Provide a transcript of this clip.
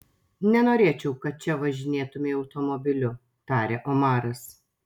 nenorėčiau kad čia važinėtumei automobiliu tarė omaras